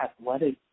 athletic